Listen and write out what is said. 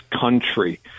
country